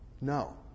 No